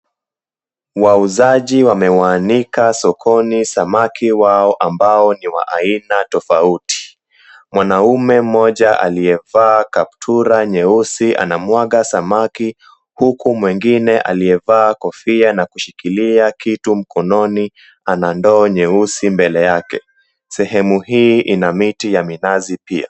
Wauzaji wamewanika sokoni samaki ambao ni wa aina tofaudi. Manaume mmoja aliyevaa kaptura nyeusi anamwaga samaki, huku mwengine liyevaa kofia na kushikilia kitu mkononi ana ndoo nyeusi mbele yake. Sehemu hii ina miti ya minazi pia.